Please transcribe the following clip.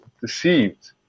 deceived